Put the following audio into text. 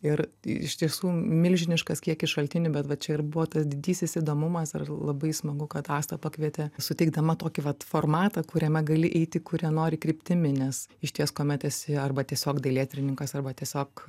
ir iš tiesų milžiniškas kiekis šaltinių bet va čia ir buvo tas didysis įdomumas ar labai smagu kad asta pakvietė suteikdama tokį vat formatą kuriame gali eiti kuria nori kryptimi nes išties kuomet esi arba tiesiog dailėtyrininkas arba tiesiog